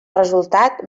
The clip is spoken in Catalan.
resultat